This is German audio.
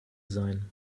sein